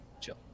Chill